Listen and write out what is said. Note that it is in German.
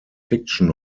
fiction